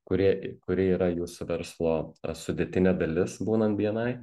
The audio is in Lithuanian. kurie kuri yra jūsų verslo sudėtinė dalis būnant bni